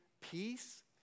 peace